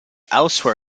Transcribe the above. elsewhere